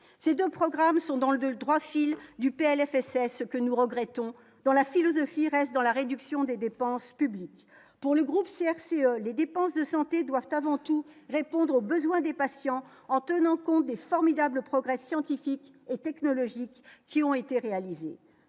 ces 2 programmes sont dans le droit fil du PLFSS que nous regrettons dans la philosophie reste dans la réduction des dépenses publiques pour le groupe CRC les dépenses de santé doivent avant tout répondre aux besoins des patients en tenant compte des formidables progrès scientifiques et technologiques qui ont été réalisées